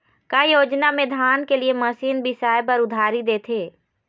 का योजना मे धान के लिए मशीन बिसाए बर उधारी देथे?